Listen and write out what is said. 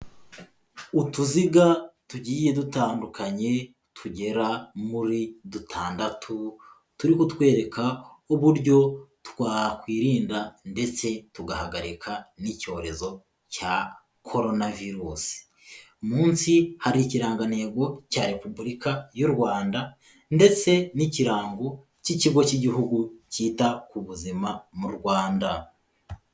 Utuziga tugiye dutandukanye tugera muri dutandatu, turi kutwereka uburyo twakwirinda ndetse tugahagarika n'icyorezo cya Korona Virusi. Munsi hari ikirangantego cya Repubulika y'u Rwanda ndetse n'ikirango cy'Ikigo cy'Igihugu cyita ku Buzima mu Rwanda.